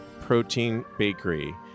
ProteinBakery